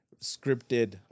scripted